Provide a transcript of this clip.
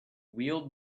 wheeled